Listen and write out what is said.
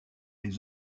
les